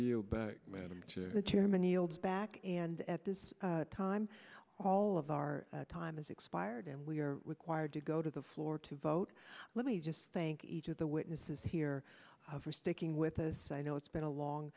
yields back and at this time all of our time has expired and we are required to go to the floor to vote let me just thank each of the witnesses here for sticking with us i know it's been a long